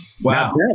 Wow